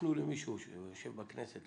תיפנו למישהו שיושב בכנסת,